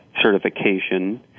certification